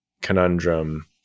conundrum